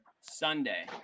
Sunday